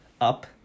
up